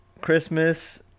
Christmas